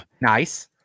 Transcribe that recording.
Nice